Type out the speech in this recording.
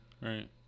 Right